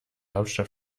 hauptstadt